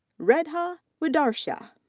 redha widarsyah.